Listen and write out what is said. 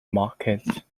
market